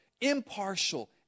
Impartial